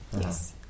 Yes